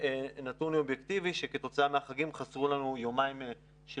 נתון אובייקטיבי כתוצאה מהחגים חסרו לנו יומיים של